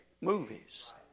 movies